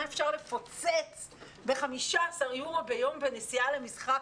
מה אפשר לפוצץ ב-15 יורו ליום בנסיעה למשחק.